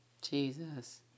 Jesus